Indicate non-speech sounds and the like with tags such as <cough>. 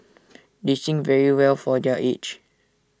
<noise> they sing very well for their age